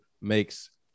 makes